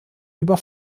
über